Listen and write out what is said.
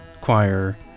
choir